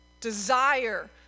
desire